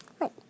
Right